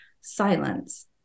silence